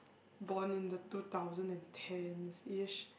bond in the two thousand and ten each